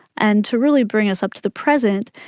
and to really bring us up to the present,